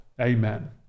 Amen